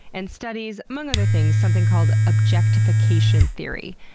and studies among other things, something called objectification theory.